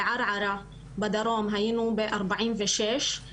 בערערה בדרום היינו בארבעים ושש.